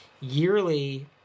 yearly